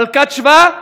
מלכת שבא,